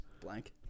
Blank